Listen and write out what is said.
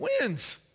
wins